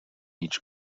each